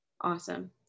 Awesome